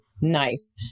nice